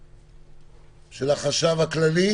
המנהל,